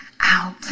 out